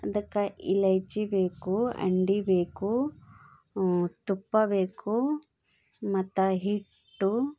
ಅದಕ್ಕೆ ಇಲೈಚಿ ಬೇಕು ಅಂಡಾ ಬೇಕು ತುಪ್ಪ ಬೇಕು ಮತ್ತು ಹಿಟ್ಟು